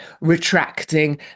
retracting